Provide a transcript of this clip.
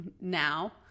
now